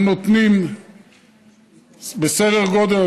אנחנו נותנים בסדר גודל,